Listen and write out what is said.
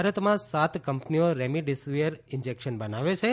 ભારતમાં સાત કંપનીઓ રેમ ડેસીવીર ઈન્જેક્શન બનાવે છે